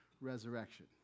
resurrection